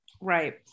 Right